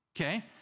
Okay